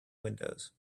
windows